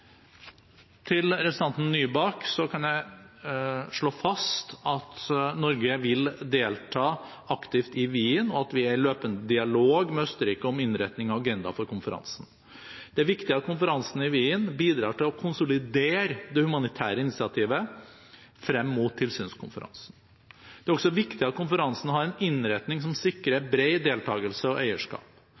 Til representanten Nybakk kan jeg slå fast at Norge vil delta aktivt i Wien, og at vi er i løpende dialog med Østerrike om innretning av agenda for konferansen. Det er viktig at konferansen i Wien bidrar til å konsolidere det humanitære initiativet frem mot tilsynskonferansen. Det er også viktig at konferansen har en innretning som sikrer bred deltagelse og eierskap.